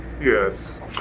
Yes